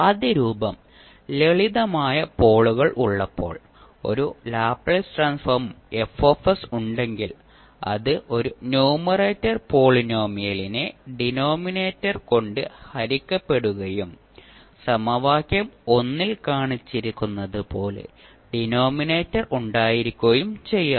ആദ്യ രൂപം ലളിതമായ പോളുകൾ ഉള്ളപ്പോൾ ഒരു ലാപ്ലേസ് ട്രാൻസ്ഫോം F ഉണ്ടെങ്കിൽ അത് ഒരു ന്യൂമറേറ്റർ പോളിനോമിയലിനെ ഡിനോമിനേറ്റർ കൊണ്ട് ഹരിക്കപ്പെടുകയും സമവാക്യം ൽ കാണിച്ചിരിക്കുന്നതുപോലെ ഡിനോമിനേറ്റർ ഉണ്ടായിരിക്കുകയും ചെയ്യാം